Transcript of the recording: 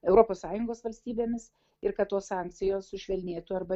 europos sąjungos valstybėmis ir kad tos sankcijos sušvelnėtų arba